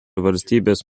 valstybės